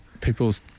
people's